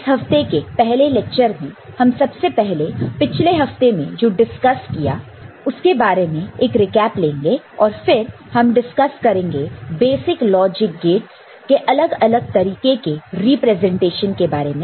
इस हफ्ते के पहले लेक्चर में हम सबसे पहले पिछले हफ्ते में जो डिस्कस किया है उसके बारे में एक रीकैप लेंगे और फिर हम डिसकस करेंगे बेसिक लॉजिक गेट्स के अलग अलग तरीके के रिप्रेजेंटेशन के बारे में